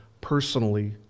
personally